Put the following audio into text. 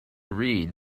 read